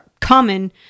common